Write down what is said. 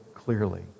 Clearly